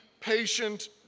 patient